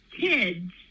kids